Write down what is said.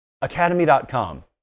Academy.com